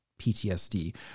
ptsd